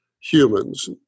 Humans